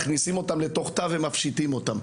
מכניסים אותם לתוך תא ומפשיטים אותם.